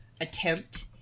attempt